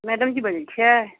मैडमजी बजैत छियै